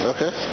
Okay